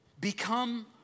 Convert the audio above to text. become